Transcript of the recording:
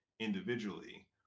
Individually